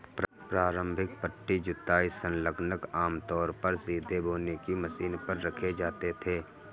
प्रारंभिक पट्टी जुताई संलग्नक आमतौर पर सीधे बोने की मशीन पर रखे जाते थे